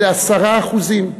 נכון.